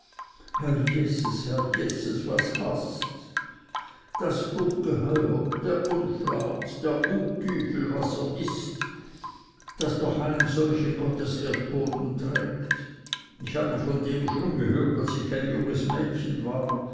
herr jeses herr jeses was hast das ungeheuer der unflat der utüfel was er ist daß doch einen solchen gottes erdboden trägt ich habe von dem schon gehört als ich ein junges mädchen war